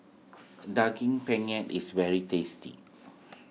Daging Penyet is very tasty